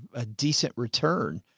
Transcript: a, a decent return.